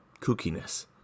kookiness